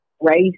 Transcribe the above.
race